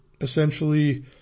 essentially